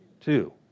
Two